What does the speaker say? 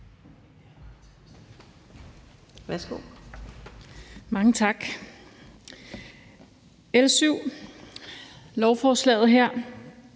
(DD): Mange tak. Med lovforslaget her,